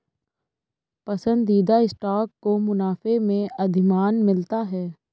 पसंदीदा स्टॉक को मुनाफे में अधिमान मिलता है